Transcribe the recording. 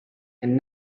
and